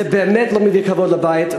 זה באמת לא מביא כבוד לבית,